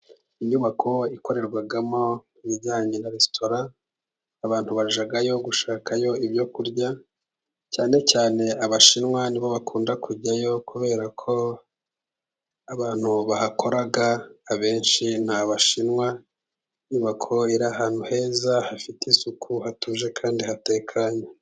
Inyubako ikorerwamo ibijyanye na resitora, abantu bajyayo gushakayo ibyo kurya cyane cyane abashinwa, ni bo bakunda kujyayo kubera ko abantu bahakora abenshi ni abashinwa, bakorera ahantu heza hafite isuku hatuje kandi hatekanye.